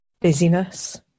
busyness